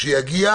כשיגיע